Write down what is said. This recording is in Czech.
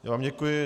Já vám děkuji.